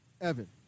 Evan